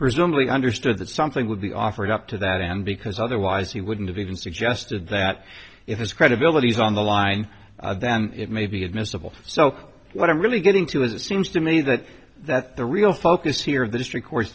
presumably understood that something would be offered up to that end because otherwise he wouldn't have even suggested that if his credibility is on the line then it may be admissible so what i'm really getting to is it seems to me that that the real focus here of the district cour